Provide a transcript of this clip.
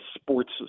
sports